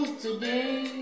today